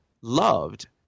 loved